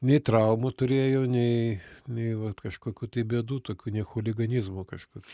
nei traumų turėjo nei nei vat kažkokių tai bėdų tokių nei chuliganizmų kažkokių